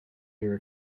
your